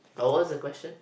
oh what's the question